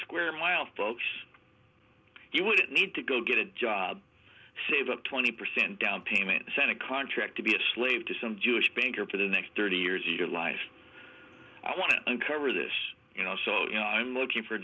square mile folks you wouldn't need to go get a job save up twenty percent down payment sent a contract to be a slave to some jewish banker for the next thirty years of your life i want to uncover this you know so you know i'm looking for